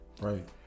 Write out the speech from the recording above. right